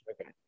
Okay